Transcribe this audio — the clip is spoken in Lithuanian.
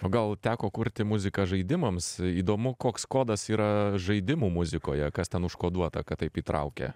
o gal teko kurti muziką žaidimams įdomu koks kodas yra žaidimų muzikoje kas ten užkoduota kad taip įtraukia